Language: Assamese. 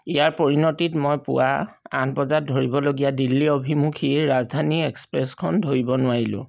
ইয়াৰ পৰিণতিত মই পুৱা আঠ বজাত ধৰিবলগীয়া দিল্লী অভিমুখী ৰাজধানী এক্সপ্ৰেছখন ধৰিব নোৱাৰিলোঁ